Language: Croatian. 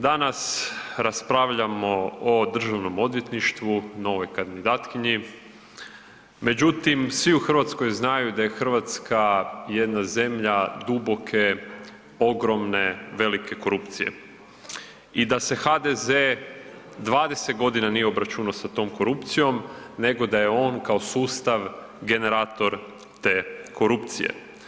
Danas raspravljamo o državnom odvjetništvu, novoj kandidatkinji, međutim svi u Hrvatskoj znaju da je Hrvatska jedna zemlja duboke, ogromne, velike korupcije i da se HDZ 20 godina nije obračunao s tom korupcijom nego da je on kao sustav generator te korupcije.